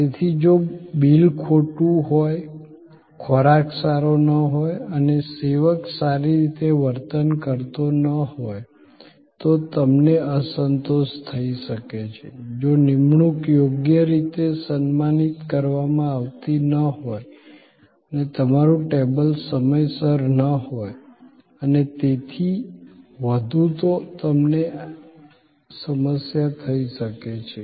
તેથી જો બિલ ખોટું હોય ખોરાક સારો ન હોય અને સેવક સારી રીતે વર્તન કરતો ન હોય તો તમને અસંતોષ થઈ શકે છે જો નિમણૂક યોગ્ય રીતે સન્માનિત કરવામાં આવતી ન હોય અને તમારું ટેબલ સમયસર ન હોય અને તેથી વધુ તો તમને સમસ્યા થઈ શકે છે